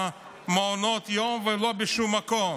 במעונות היום ולא בשום מקום,